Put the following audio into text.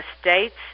states